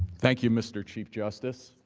thank you mr. chief justice.